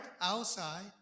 outside